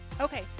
Okay